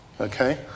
okay